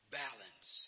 balance